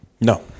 No